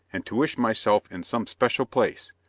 and to wish myself in some special place,